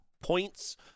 points